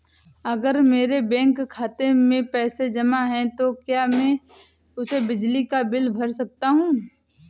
अगर मेरे बैंक खाते में पैसे जमा है तो क्या मैं उसे बिजली का बिल भर सकता हूं?